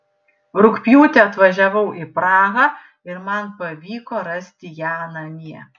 rugpjūtį atvažiavau į prahą ir man pavyko rasti ją namie